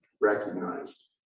recognized